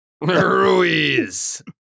Ruiz